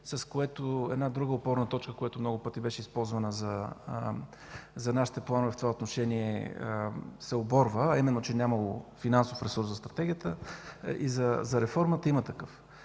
с което една друга опорна точка, която много пъти беше използвана за нашите планове в това отношение, се оборва, а именно че нямало финансов ресурс за Стратегията и за реформата. Има такъв.